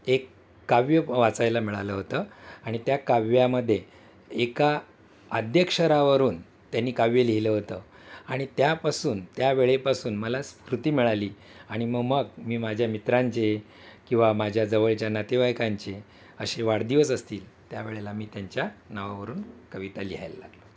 एक काव्य वाचायला मिळालं होतं आणि त्या काव्यामध्ये एका आद्याक्षरावरून त्यांनी काव्य लिहिलं होतं आणि त्यापासून त्या वेळेपासून मला स्फूर्ती मिळाली आणि मग मग मी माझ्या मित्रांचे किंवा माझ्या जवळच्या नातेवाईकांचे असे वाढदिवस असतील त्यावेळेला मी त्यांच्या नावावरून कविता लिहायला लागलो